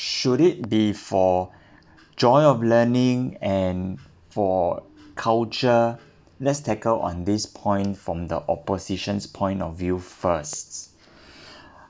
should it be for joy of learning and for culture let's tackle on this point from the opposition's point of view first